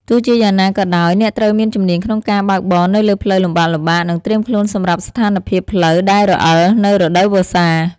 ទោះជាយ៉ាងណាក៏ដោយ អ្នកត្រូវមានជំនាញក្នុងការបើកបរនៅលើផ្លូវលំបាកៗ និងត្រៀមខ្លួនសម្រាប់ស្ថានភាពផ្លូវដែលរអិលនៅរដូវវស្សា។